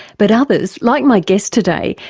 but others, like my guest today,